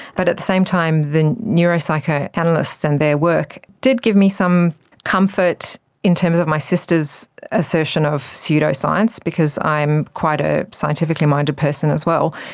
but at the same time the neuro-psychoanalysts and their work did give me some comfort in terms of my sister's assertion of pseudoscience because i am quite a scientifically minded person as well,